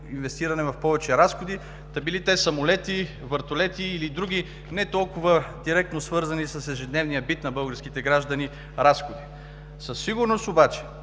инвестиране в повече разходи, били те самолети, вертолети или други не толкова директно свързани с ежедневния бит на българските граждани разходи. Със сигурност обаче,